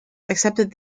accepted